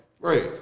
right